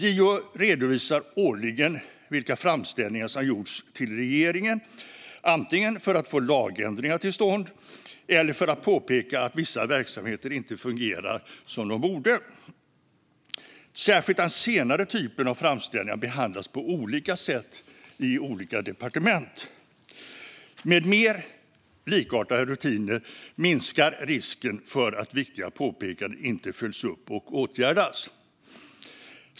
JO redovisar årligen vilka framställningar som gjorts till regeringen antingen för att få lagändringar till stånd eller för att påpeka att vissa verksamheter inte fungerar som de borde. Särskilt den senare typen av framställningar behandlas på olika sätt i olika departement. Med mer likartade rutiner minskar risken för att viktiga påpekanden inte följs upp och åtgärdas.